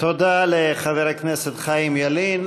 תודה לחבר הכנסת חיים ילין.